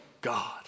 God